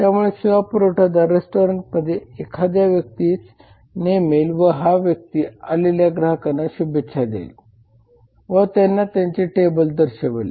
त्यामुळे सेवा पुरवठादार रेस्टॉरंटमध्ये एखाद्या व्यक्तीस नेमेल व हा व्यक्ती आलेल्या ग्राहकांना शुभेच्छा देईल व त्यांना त्यांचे टेबल दर्शवेल